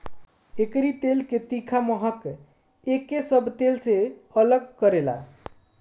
एकरी तेल के तीखा महक एके सब तेल से अलग करेला